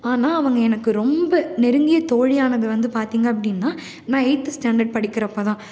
ஆனால் அவங்க எனக்கு ரொம்ப நெருங்கிய தோழியானது வந்து பார்த்தீங்க அப்படின்னா நான் எயித்து ஸ்டாண்டர்ட் படிக்கிறப்போதான்